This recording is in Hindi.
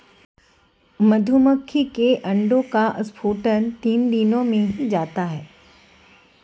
मधुमक्खी के अंडे का स्फुटन तीन दिनों में हो जाता है